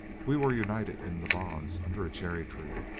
we were united in the bonds under a cherry tree.